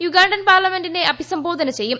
Ugandan പാർലമെന്റിനെ അഭിസംബോധന ചെയ്യും